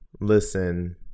listen